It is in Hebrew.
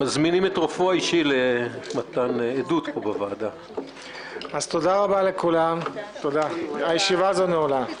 תודה רבה לכולם, הישיבה נעולה.